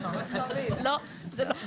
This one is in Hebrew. לא.